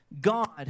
God